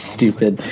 Stupid